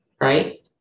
right